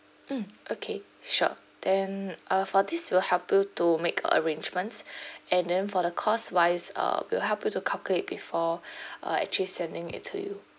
mm okay sure then uh for this we'll help you to make arrangements and then for the cost wise uh we'll help you to calculate before uh actually sending it to you